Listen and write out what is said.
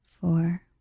four